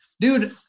dude